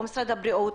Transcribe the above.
או משרד הבריאות,